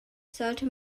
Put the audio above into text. sollte